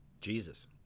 Jesus